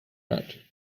nut